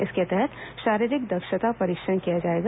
इसके तहत शारीरिक दक्षता परीक्षण किया जाएगा